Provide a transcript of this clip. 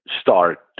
start